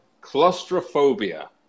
claustrophobia